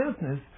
business